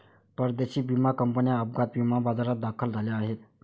परदेशी विमा कंपन्या अपघात विमा बाजारात दाखल झाल्या आहेत